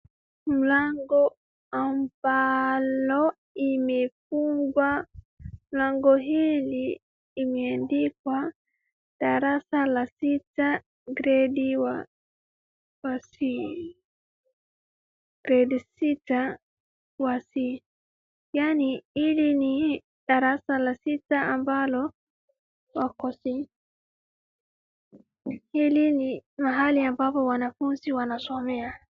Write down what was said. Mlango ambalo imefungwa, mlango hili imeandikwa darasa la sita gredi wa sita wa C yaani hili ni darasa la sita ambalo wako C , hili ni mahali ambapo wanafunzi wanasomea.